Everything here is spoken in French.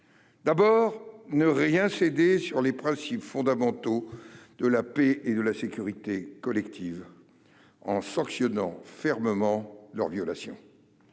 d'abord, ne rien céder sur les principes fondamentaux de la paix et de la sécurité collective, en sanctionnant fermement leur violation.